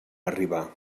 arribar